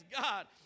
God